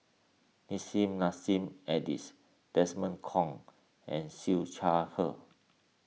Nissim Nassim Adis Desmond Kon and Siew Shaw Her